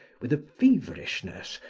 with a feverishness,